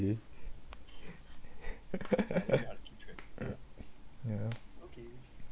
ya